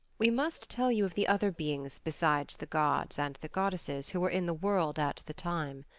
we must tell you of the other beings besides the gods and the goddesses who were in the world at the time.